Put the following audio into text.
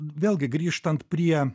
vėlgi grįžtant prie